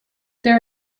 there